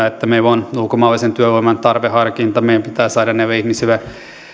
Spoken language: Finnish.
että meillä on ulkomaalaisen työvoiman tarveharkinta meidän pitää saada näille ihmisille